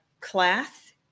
class